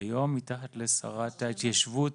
היום מתחת לשרת ההתיישבות.